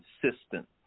consistent